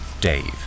Dave